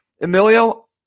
Emilio